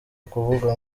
ukuvuga